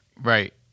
Right